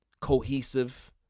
cohesive